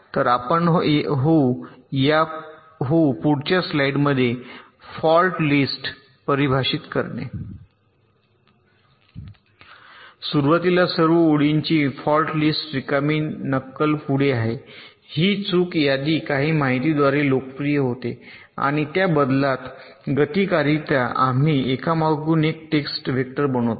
तर आपण होऊ पुढच्या स्लाइडमध्ये फॉल्ट लिस्ट परिभाषित करणे सुरुवातीला सर्व ओळींची फॉल्ट लिस्ट रिकामी नक्कल पुढे आहे ही चूक यादी काही माहितीद्वारे लोकप्रिय होते आणि त्या बदलतात गतिकरित्या आम्ही एकामागून एक टेस्ट वेक्टर बनवतो